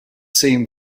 seem